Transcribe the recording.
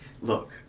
Look